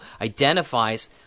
identifies